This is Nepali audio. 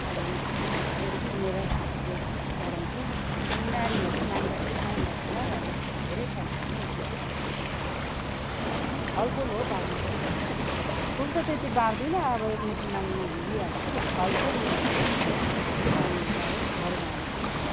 अरे बरु किनेर देऊ चढाउँछु अनि नानीहरूले माँग्दाखेरि गाउँ घरकोलाई अब धेरै फल्यो भने एक दुईवटा म टिपेर बाँडी पनि दिन्छु किन फलफुल हो बाँड्नु पनि पर्छ फुल त त्यति बाँड्दिनँ अब एक मुठी माग्यो भने दिइहाल्छु फल चाहिँ म दिन्छु नानीहरूलाई होस् घरगाउँलेलाई होस्